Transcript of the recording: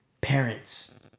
parents